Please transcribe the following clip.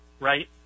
Right